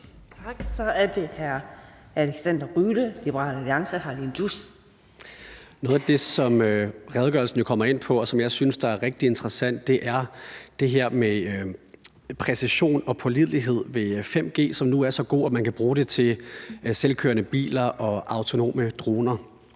Noget af det, som redegørelsen kommer ind på, og som jeg synes er rigtig interessant, er det her med, at præcisionen og pålideligheden ved 5G nu er så god, at man kan bruge det til selvkørende biller og autonome droner.